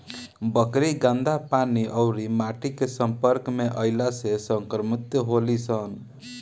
बकरी गन्दा पानी अउरी माटी के सम्पर्क में अईला से संक्रमित होली सन